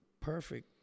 Perfect